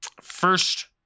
First